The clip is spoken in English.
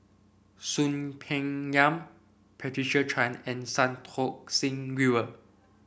Soon Peng Yam Patricia Chan and Santokh Singh Grewal